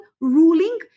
ruling